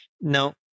No